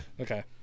Okay